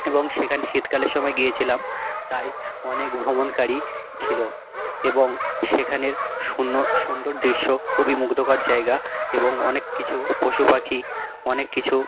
এবং সেখানে শীতকালের সময় গিয়েছিলাম তাই অনেক ভ্রমণকারী ছিলো এবং সেখানের সুন্দর দৃশ্য খুবই মুগ্ধকর জায়গা এবং অনেক কিছু পশুপাখি অনেক কিছু